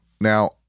now